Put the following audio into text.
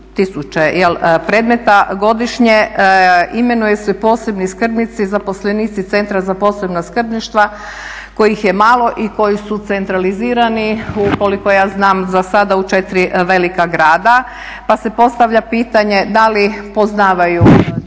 predmeta godišnje imenuju se posebni skrbnici, zaposlenici centra za posebna skrbništva kojih je malo i koji su centralizirani u koliko ja znam za sada u 4 velika grada. Pa se postavlja pitanje da li poznaju